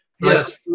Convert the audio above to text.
Yes